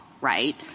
right